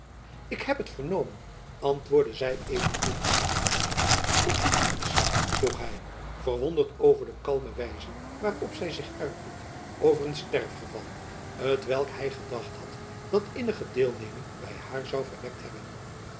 ik heb het vernomen antwoordde zy even koel schort u iets vroeg hy verwonderd over de kalme wijze waarop zy zich uitliet over een sterfgeval t welk hy gedacht had dat innige deelneming by haar zoû verwekt hebben